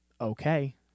Okay